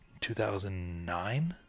2009